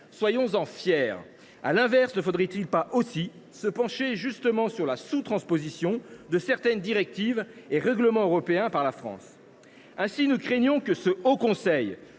Soyons en fiers ! À l’inverse, ne faudrait il pas aussi se pencher sur la « sous transposition » de directives et de règlements européens par la France ? Ainsi, nous craignons que ce haut conseil